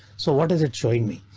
so what is it showing me?